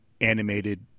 animated